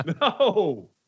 No